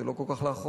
זה לא כל כך לאחרונה,